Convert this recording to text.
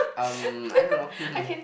um I don't know hmm hmm